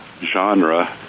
genre